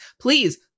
Please